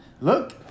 Look